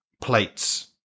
plates